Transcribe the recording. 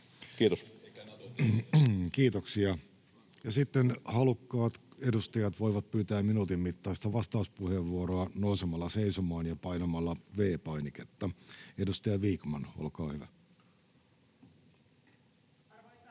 Kiitoksia. — Ja sitten halukkaat edustajat voivat pyytää minuutin mittaista vastauspuheenvuoroa nousemalla seisomaan ja painamalla V-painiketta. — Edustaja Vikman, olkaa hyvä.